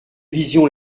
vision